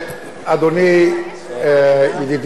ידידי השר פלד,